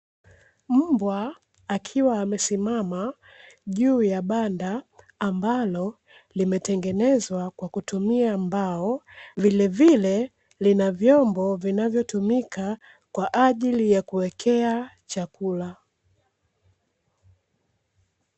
Mbwa akiwa amesimama juu ya banda ambalo limetengenezwa kwa kutumia mbao, vilevile lina vyombo vinavyotumika kwa ajili ya kuwekea chakula.